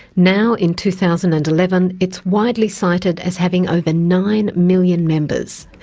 now in two thousand and eleven, it's widely cited as having over nine million members,